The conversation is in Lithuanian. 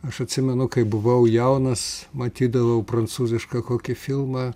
aš atsimenu kai buvau jaunas matydavau prancūzišką kokį filmą